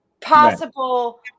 possible